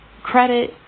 Credit